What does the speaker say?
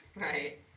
Right